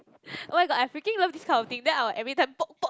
oh-my-god I freaking love this kind of thing then I will every time poke poke